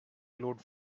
glowed